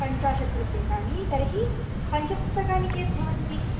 पञ्चाशत् रूप्यकाणी तर्हि पञ्चपुस्तकानि कियत् भवन्ति